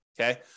Okay